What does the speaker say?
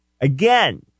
Again